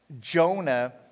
Jonah